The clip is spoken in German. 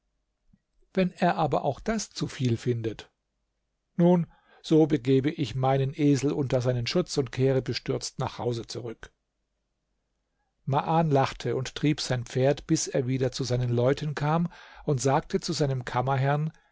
wenn er aber auch das zu viel findet nun so begebe ich meinen esel unter seinen schutz und kehre bestürzt nach hause zurück maan lachte und trieb sein pferd bis er wieder zu seinen leuten kam und sagte zu seinem kammerherrn